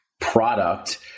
product